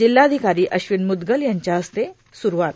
जिल्हाधिकारी अश्विन मुद्गल यांच्या हसते सुरूवात